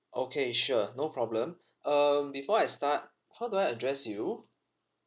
okay sure no problem um before I start how do I address you